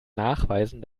nachweisen